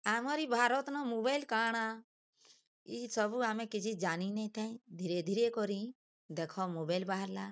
ଆମରି ଭାରତ୍ନୁ ମୋବାଇଲ୍ କାଁଣା ଏଇ ସବୁ ଆମେ କିଛି ଜାନି ନାଇଁ ଥାଇଁ ଧୀରେ ଧୀରେ କରି ଦେଖ ମୋବାଇଲ୍ ବାହାରିଲା